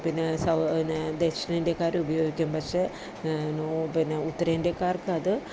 പിന്നെ സൗ പിന്നെ ദക്ഷിണേന്ത്യക്കാർ ഉപയോഗിക്കും പക്ഷേ നോ പിന്നെ ഉത്തരേന്ത്യക്കാർക്കത്